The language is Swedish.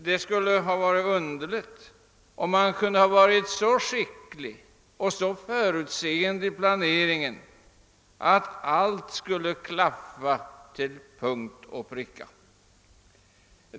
Det skulle tvärtom varit underligt om man vid planeringen hade varit så skicklig och så förutseende att allt skulle klaffa till punkt och pricka.